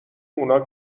اونا